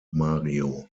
mario